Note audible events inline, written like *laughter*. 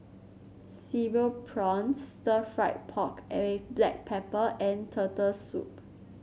Cereal Prawns Stir Fried Pork *unintelligible* Black Pepper and Turtle Soup